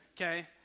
Okay